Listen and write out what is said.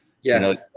Yes